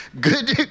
Good